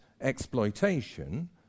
exploitation